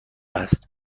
است